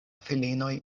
filinoj